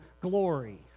glory